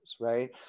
right